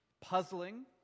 puzzling